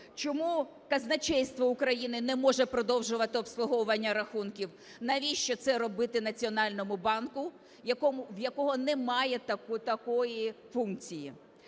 чому казначейство України не може продовжувати обслуговування рахунків. Навіщо це робити Національному банку, в якого немає такої функції?